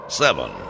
seven